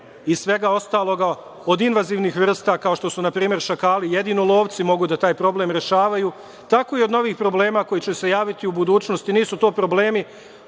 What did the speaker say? i svega ostalog od invanzivnih vrsta kao što su, na primer, šakali, jedino lovci mogu da taj problem rešavaju, tako i od novih problema koji će se javiti u budućnosti. Nisu to problemi,